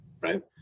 right